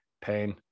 Pain